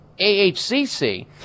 AHCC